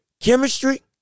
Chemistry